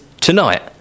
tonight